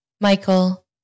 Michael